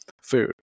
food